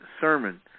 sermon